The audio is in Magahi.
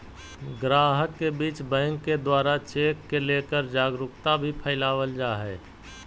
गाहक के बीच बैंक के द्वारा चेक के लेकर जागरूकता भी फैलावल जा है